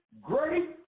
great